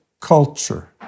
culture